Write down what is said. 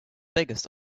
biggest